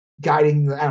guiding